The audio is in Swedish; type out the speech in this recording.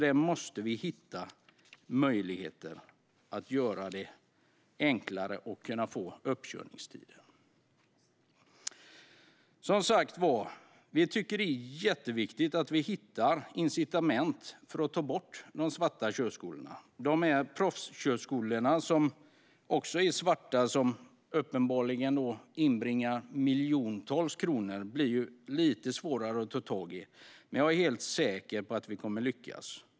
Vi måste hitta möjligheter att göra det enklare att få uppkörningstider. Vi tycker att det är jätteviktigt att vi hittar incitament för att ta bort de svarta körskolorna. De proffskörskolor som också är svarta och som uppenbarligen inbringar miljontals kronor blir lite svårare att ta tag i, men jag är helt säker på att vi kommer att lyckas.